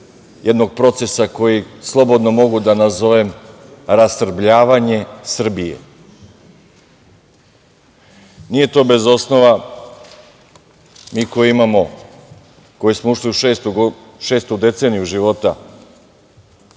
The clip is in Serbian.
jednog procesa koji slobodno mogu da nazovem rastrebljavanje Srbije. Nije to bez osnova, mi koji smo ušli u šestu deceniju života